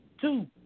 two